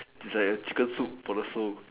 is like a chicken soup for the soul